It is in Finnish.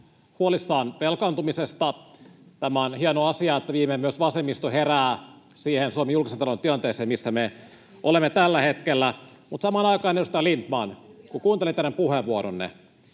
huolissaan velkaantumisesta. On hieno asia, että viimein myös vasemmisto herää siihen Suomen julkisen talouden tilanteeseen, missä me olemme tällä hetkellä. Mutta samaan aikaan, edustaja Lindtman, kun kuuntelin teidän puheenvuoronne,